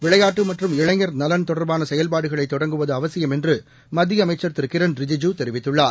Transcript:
விளையாட்டு மற்றும் இளைஞர் நலன் தொடர்பான செயல்பாடுகளை தொடங்குவது அவசியம் என்று மத்திய அமைச்சர் திருகிரண் ரிஜிஜு தெரிவித்துள்ளார்